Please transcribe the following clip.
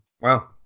Wow